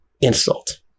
insult